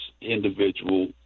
individual